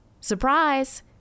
surprise